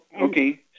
Okay